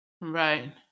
Right